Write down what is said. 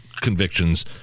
convictions